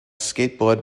skateboard